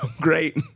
great